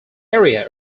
area